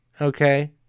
Okay